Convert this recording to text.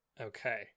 okay